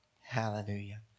Hallelujah